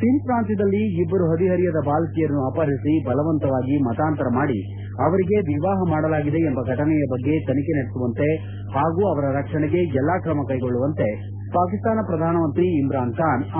ಸಿಂದ್ ಪ್ರಾಂತ್ಯದಲ್ಲಿ ಇಬ್ಬರು ಹದಿಹರೆಯದ ಬಾಲಕಿಯರನ್ನು ಅಪಹರಿಸಿ ಬಲವಂತವಾಗಿ ಮತಾಂತರ ಮಾಡಿ ಅವರಿಗೆ ವಿವಾಹ ಮಾಡಲಾಗಿದೆ ಎಂಬ ಘಟನೆಯ ಬಗ್ಗೆ ತನಿಖೆ ನಡೆಸುವಂತೆ ಹಾಗೂ ಅವರ ರಕ್ಷಣೆಗೆ ಎಲ್ಲಾ ಕ್ರಮ ಕೈಗೊಳ್ಳುವಂತೆ ಪಾಕಿಸ್ತಾನ ಶ್ರಧಾನಮಂತ್ರಿ ಇಮ್ರಾನ್